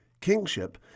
Kingship